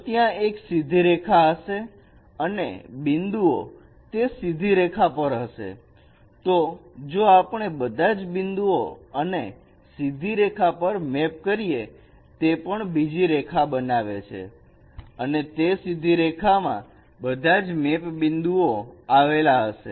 જો ત્યાં એક સીધી રેખા હશે અને બિંદુઓ તે સીધી રેખા પર હશે તો જો આપણે બધા જ બિંદુ અને સીધી રેખા પર મેપ કરીએ તે પણ બીજી રેખા બનાવે છે અને તે સીધી રેખામાં બધા જ મેપ બિંદુઓ આવેલા હશે